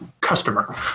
customer